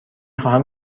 خواهم